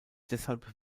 deshalb